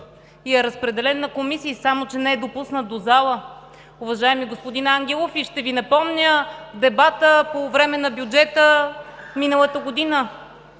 и е разпределен на комисии, само че не е допуснат до залата, уважаеми господин Ангелов. Ще Ви напомня дебата по време на бюджета миналата година.